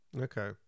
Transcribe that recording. Okay